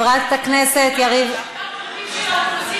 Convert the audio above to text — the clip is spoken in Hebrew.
אני מסבירה לה שגם חוקים של האופוזיציה עוברים.